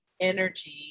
energy